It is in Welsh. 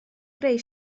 greu